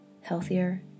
Healthier